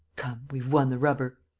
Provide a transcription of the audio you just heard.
come, we've won the rubber.